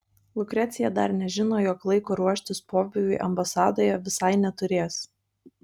lukrecija dar nežino jog laiko ruoštis pobūviui ambasadoje visai neturės